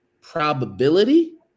probability